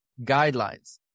guidelines